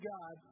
God